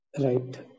Right